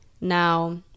Now